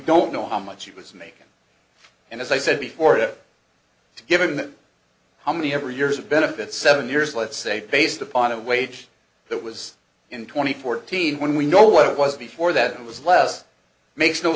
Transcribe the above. don't know how much it was make and as i said before a given how many ever years of benefits seven years let's say based upon a wage that was in twenty fourteen when we know what it was before that it was less makes no